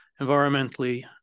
environmentally